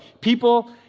People